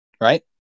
Right